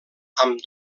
amb